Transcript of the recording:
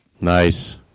Nice